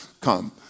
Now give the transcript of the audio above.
come